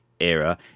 era